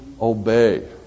obey